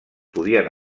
podien